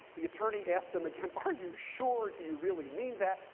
the attorney asked him again, are you sure, do you really mean that?